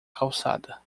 calçada